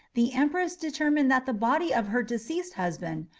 the empress determined that the body of her deceased husband,